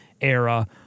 era